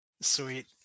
Sweet